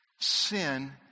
sin